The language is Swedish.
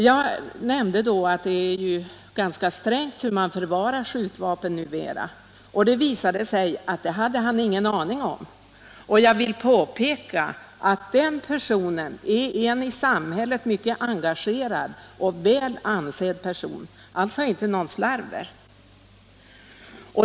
Jag nämnde då att det numera är ganska strängt reglerat hur man skall förvara skjutvapen, och det visade sig att han inte hade någon aning om detta. Jag vill påpeka att personen i fråga är en i samhället mycket engagerad och väl ansedd person, alltså inte någon slarver.